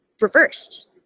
reversed